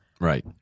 Right